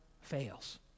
fails